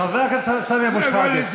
חבר הכנסת סמי אבו שחאדה,